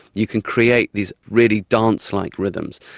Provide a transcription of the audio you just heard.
you can create these really dancelike rhythms.